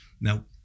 now